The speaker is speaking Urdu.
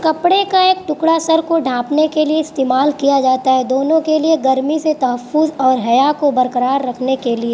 کپڑے کا ایک ٹکڑا سر کو ڈھانپنے کے لیے استعمال کیا جاتا ہے دونوں کے لیے گرمی سے تحفظ اور حیا کو برقرار رکھنے کے لیے